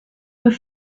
deux